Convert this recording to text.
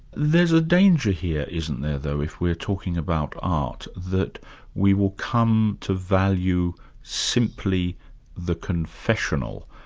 there's a danger here isn't there though, if we're talking about art, that we will come to value simply the confessional,